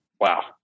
Wow